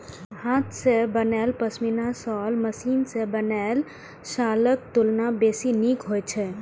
हाथ सं बनायल पश्मीना शॉल मशीन सं बनल शॉलक तुलना बेसी नीक होइ छै